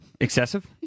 Excessive